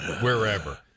wherever